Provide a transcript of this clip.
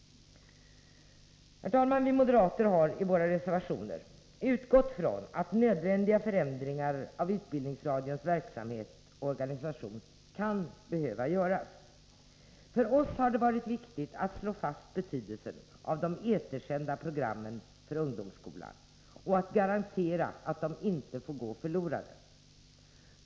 Herr talman! Vi moderater har i våra reservationer utgått från att nödvändiga förändringar av utbildningsradions verksamhet och organisation kan behöva göras. För oss har det varit viktigt att slå fast betydelsen av de etersända programmen för ungdomsskolan och att garantera att de inte får gå förlorade.